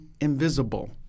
invisible